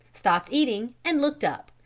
stopped eating and looked up,